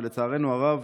ולצערנו הרב,